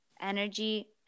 energy